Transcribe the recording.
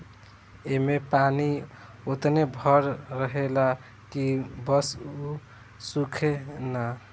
ऐमे पानी ओतने भर रहेला की बस उ सूखे ना